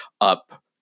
up